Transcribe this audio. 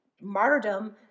martyrdom